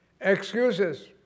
Excuses